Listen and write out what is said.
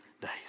days